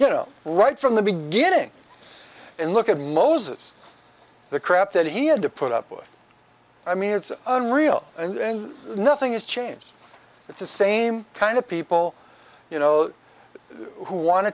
you know right from the beginning and look at moses the crap that he had to put up with i mean it's unreal and then nothing is changed it's the same kind of people you know who want